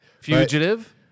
Fugitive